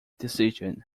decision